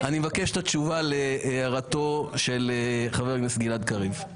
אני מבקש את התשובה להערתו של חבר הכנסת גלעד קריב.